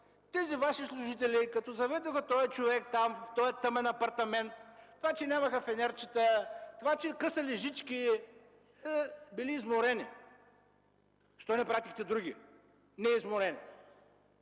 „Тези Ваши служители, като заведоха този човек там, в този тъмен апартамент, това че нямаха фенерчета, че късали жички... – били изморени. Защо не пратихте други, които не